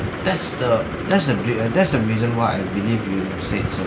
that's the that's the dre~ that's the reason why I believe you have said so